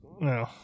No